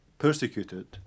Persecuted